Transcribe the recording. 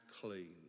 clean